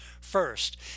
First